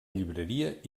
llibreria